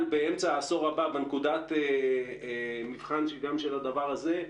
באמצע העשור הבא בנקודת מבחן שהיא גם של הדבר הזה,